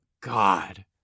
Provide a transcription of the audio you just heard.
God